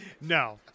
No